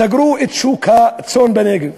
סגרו את שוק הצאן בנגב,